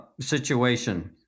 situation